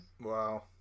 Wow